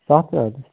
saffron